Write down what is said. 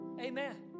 Amen